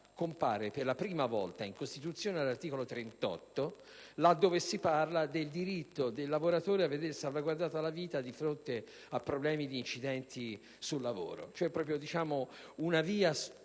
compare per la prima volta nella Carta costituzionale nell'articolo 38 laddove si parla del diritto del lavoratore a vedere salvaguardata la vita di fronte a problemi di incidenti sul lavoro. Quindi una via